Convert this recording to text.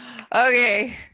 okay